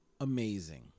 amazing